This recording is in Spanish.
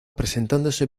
presentándose